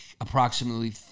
approximately